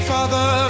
Father